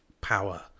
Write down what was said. power